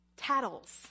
tattles